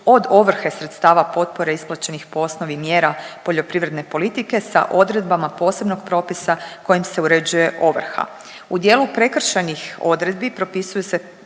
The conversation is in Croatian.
od ovrhe sredstava potpore isplaćenih po osnovi mjera poljoprivredne politike sa odredbama posebnog propisa kojim se uređuje ovrha. U dijelu prekršajnih odredbi propisuju se